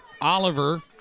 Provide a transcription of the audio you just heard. Oliver